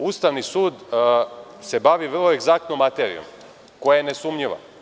Ustavni sud se bavi vrlo egzaktnom materijom koja je nesumnjiva.